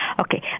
Okay